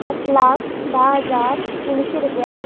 आठ लाक धा हजार तिनशीं रुपया